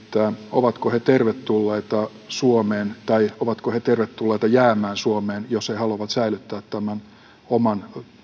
ovatko he tervetulleita suomeen tai ovatko he tervetulleita jäämään suomeen jos he haluavat säilyttää oman